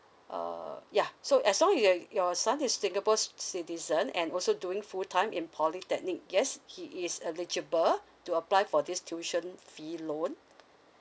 uh ya so as long your your son is singapore's citizen and also doing full time in polytechnic yes he is eligible to apply for this tuition fee loan